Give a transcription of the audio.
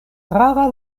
rara